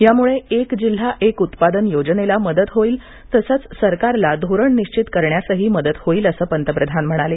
यामुळे एक जिल्हा एक उत्पादन योजनेला मदत होईल तसच सरकारला धोरण निश्चित करण्यासही मदत होईल असं पंतप्रधान म्हणाले